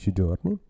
giorni